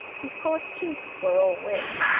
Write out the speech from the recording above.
his coarse cheeks were all wet.